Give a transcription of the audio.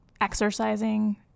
exercising